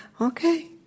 okay